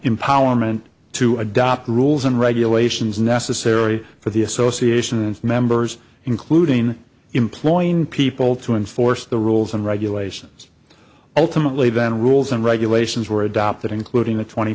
empowerment to adopt rules and regulations necessary for the association members including employing people to enforce the rules and regulations ultimately then rules and regulations were adopted including a twenty